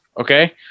Okay